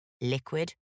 liquid